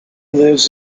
lives